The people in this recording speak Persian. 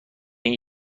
این